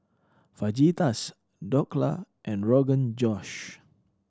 Fajitas Dhokla and Rogan Josh